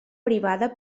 privada